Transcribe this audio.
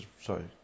Sorry